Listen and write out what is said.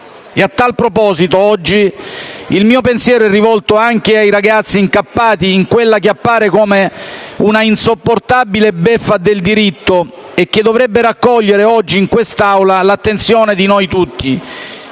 A tal proposito, quest'oggi il mio pensiero è rivolto anche ai ragazzi incappati in quella che appare come un'insopportabile beffa del diritto e che dovrebbe raccogliere in quest'Assemblea l'attenzione di noi tutti.